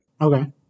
Okay